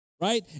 Right